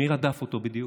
מי רדף אותו בדיוק?